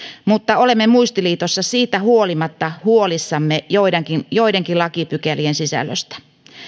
mutta olemme muistiliitossa siitä huolimatta huolissamme joidenkin joidenkin lakipykälien sisällöstä